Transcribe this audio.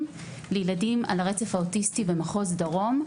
לילדים על הרצף האוטיסטי במחוז דרום,